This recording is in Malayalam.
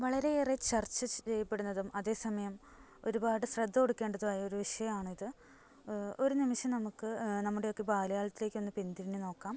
വളരെ ഏറെ ചർച്ച ചെയ്യപ്പെടുന്നതും അതെ സമയം ഒരുപാട് ശ്രദ്ധ കൊടുക്കേണ്ടതുമായ ഒരു വിഷയമാണ് ഇത് ഒരു നിമിഷം നമുക്ക് നമ്മുടെയൊക്കെ ബാല്യകാലത്തിലേക്ക് ഒന്ന് പിൻതിരിഞ്ഞ് നോക്കാം